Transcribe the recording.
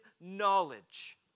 knowledge